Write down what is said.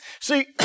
See